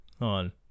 on